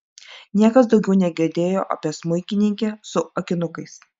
niekas daugiau negirdėjo apie smuikininkę su akinukais